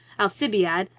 alcibiade,